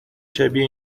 شبیه